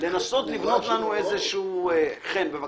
לנסות לבנות לנו חן, בבקשה.